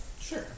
Sure